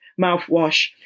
mouthwash